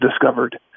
discovered